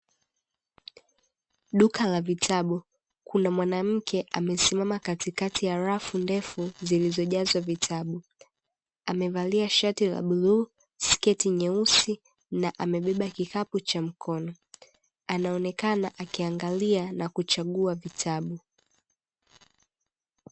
Duka la vitabu, kuna mwanamke amesimama katikati ya rafu ndefu zilizojazwa vitabu; amevalia shati la bluu, sketi nyeusi na amebeba kikapu cha mkono; anaonekana akiangalia na kuchagua vitabu.